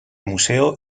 museo